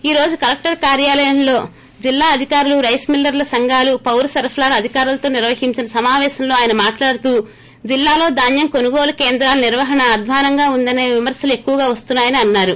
ఈ రోజు కలెక్టర్ కార్యాలయంలో జిల్లా అధికారులు రైస్ మిల్లర్ల సంఘాలు పౌర సరఫరాల అధికారులతో నిర్వహించిన సమాపేశంలో ఆయన మాట్లాడుతూ జిల్లాలో ధాన్యం కొనుగోలు కేంద్రాల నిర్వహణ అద్వానంగా ఉందనే విమర్పలు ఎక్కువగా వస్తున్నాయని అన్నారు